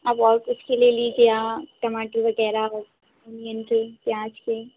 आप और कुछ के लिए लीजिए आ टमाटर वगैरह और ओनियन के प्याज़ के